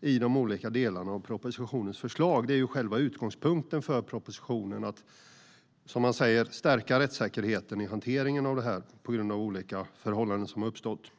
i de olika delarna av propositionens förslag. Själva utgångspunkten i propositionen är att man ska stärka rättssäkerheten i hanteringen på grund av olika förhållanden som har uppstått.